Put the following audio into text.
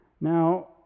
Now